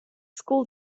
school